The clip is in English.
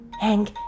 Hang